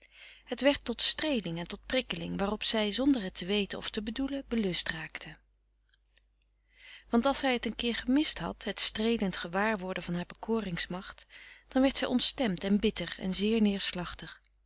het werd tot streeling en tot prikkeling waarop zij zonder het te weten of te bedoelen belust raakte want als zij het een keer gemist had het streelend gewaarworden van haar bekorings macht dan werd zij ontstemd en bitter en zeer neerslachtig